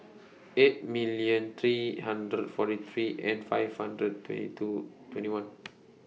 eight million three hundred forty three and five hundred twenty two twenty one